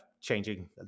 changing